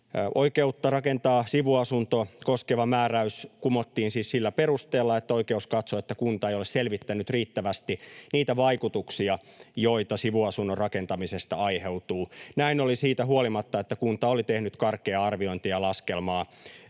oikeutta rakentaa sivuasunto koskeva määräys kumottiin siis sillä perusteella, että oikeus katsoi, että kunta ei ole selvittänyt riittävästi niitä vaikutuksia, joita sivuasunnon rakentamisesta aiheutuu. Näin oli siitä huolimatta, että kunta oli tehnyt karkeaa arviointia ja laskelmaa